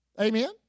Amen